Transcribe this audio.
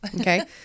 Okay